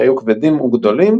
שהיו כבדים וגדולים